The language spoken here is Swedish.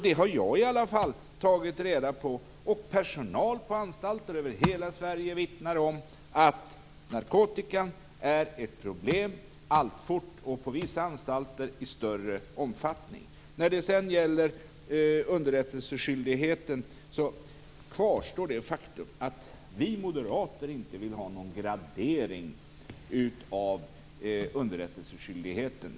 Det har jag i alla fall tagit reda på. Personal på anstalter över hela Sverige vittnar om att narkotikan alltfort är ett problem och på vissa anstalter i större omfattning. När det så gäller underrättelseskyldigheten kvarstår det faktum att vi moderater inte vill ha någon gradering av underrättelseskyldigheten.